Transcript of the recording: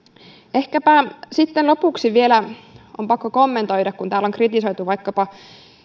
ehkäpä sitten lopuksi vielä on pakko kommentoida kun täällä on kritisoitu vaikkapa